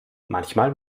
manchmal